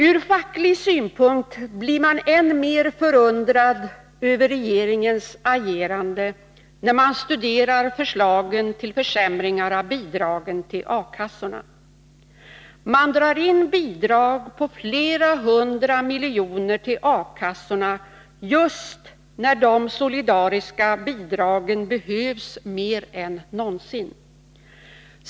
Ur facklig synpunkt blir man än mer förundrad över regeringens agerande när man studerar förslagen till försämringar av bidragen till A-kassorna. Man drar in bidrag på flera hundra miljoner till A-kassorna, just när dessa solidariska bidrag behövs mer än någonsin.